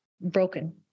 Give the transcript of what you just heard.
broken